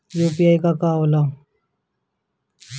UPI का होखेला?